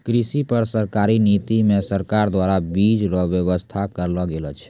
कृषि पर सरकारी नीति मे सरकार द्वारा बीज रो वेवस्था करलो गेलो छै